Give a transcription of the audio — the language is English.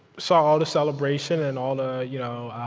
saw all the celebration and all the you know